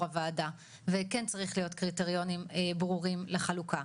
הועדה וכן צריך להיות קריטריונים ברורים לחלוקה,